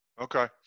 Okay